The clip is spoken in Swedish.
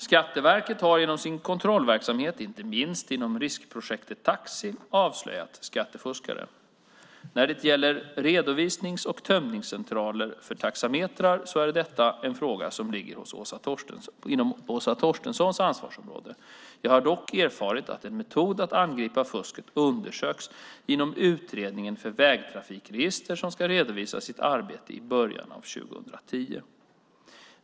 Skatteverket har genom sin kontrollverksamhet, inte minst inom riksprojektet Taxi, avslöjat skattefuskare. När det gäller redovisnings och tömningscentraler för taxametrar är detta en fråga som ligger inom Åsa Torstenssons ansvarsområde. Jag har dock erfarit att en metod för att angripa fusket undersöks inom utredningen för vägtrafikregister som ska redovisa sitt arbete i början av 2010.